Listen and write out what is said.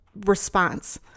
response